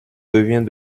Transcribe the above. devient